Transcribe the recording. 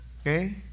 okay